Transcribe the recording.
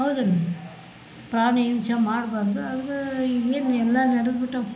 ಹೌದಲ್ಲರಿ ಪ್ರಾಣಿ ಹಿಂಸೆ ಮಾಡಬಾರ್ದು ಆದರು ಏನು ಎಲ್ಲ ನಡೆದ್ಬಿಟ್ಟಾವ್